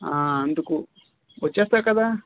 అందుకు వచ్చేస్తావు కదా